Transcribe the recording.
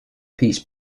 piece